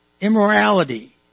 immorality